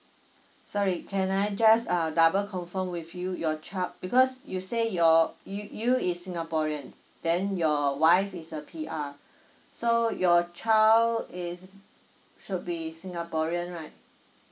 sorry can I just uh double confirm with you your child because you say your you you is singaporean then your wife is a P_R so your child is should be singaporean right